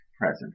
present